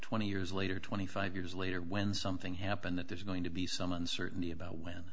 twenty years later twenty five years later when something happened that there's going to be some uncertainty about when